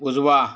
उजवा